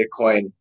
Bitcoin